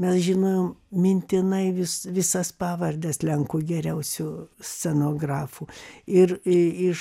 mes žinojom mintinai vis visas pavardes lenkų geriausių scenografų ir ė iš